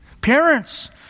parents